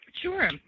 Sure